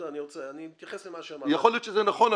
אני מתייחס למה שאמרת --- יכול להיות שזה נכון,